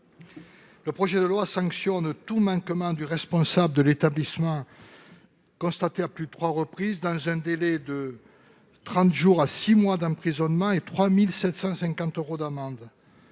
Le projet de loi sanctionne tout manquement du responsable de l'établissement constaté à plus de trois reprises dans un délai de trente jours à six mois d'emprisonnement et 3 750 euros d'amende.